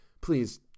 Please